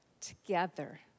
together